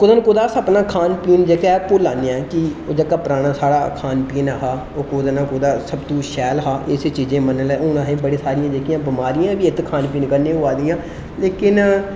कुदे ना कुदे अस अपना खान पीन जेहका ऐ भुल्ला ने आं कि जेह्का पराना साढ़ा खान पीन ऐ हां ओह् कुतेै ना कुतै सब तूं शैल हा असें आपूं इस चीज़ा गी मन्नी लेआ साढ़ियां जेह्कियां बमारियां ना इस खान पीन कन्नै होआ दियां लेकिन